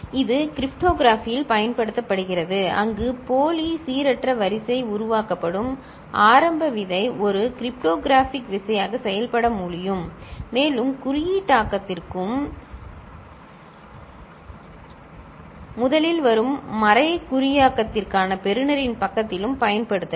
இது கிரிப்டோகிராஃபியில் பயன்படுத்தப்படுகிறது அங்கு போலி சீரற்ற வரிசை உருவாக்கப்படும் ஆரம்ப விதை ஒரு கிரிப்டோகிராஃபிக் விசையாக செயல்பட முடியும் மேலும் குறியாக்கத்திற்கும் முதலில் மற்றும் மறைகுறியாக்கத்திற்கான பெறுநரின் பக்கத்திலும் பயன்படுத்தலாம்